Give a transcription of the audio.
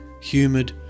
humid